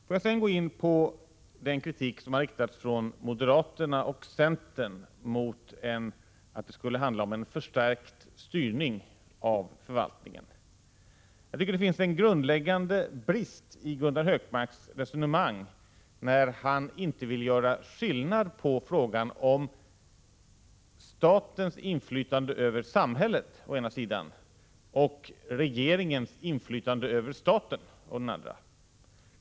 Får jag sedan säga några ord om den kritik som har framförts från moderaterna och centerpartisterna och som går ut på att det skulle handla om en förstärkt styrning av förvaltningen. Jag tycker att det finns en grundläggande brist i Gunnar Hökmarks resonemang när han inte vill göra skillnad mellan frågan om statens inflytande över samhället å ena sidan och regeringens inflytande över staten å den andra sidan.